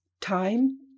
Time